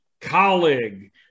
Colleague